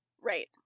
Right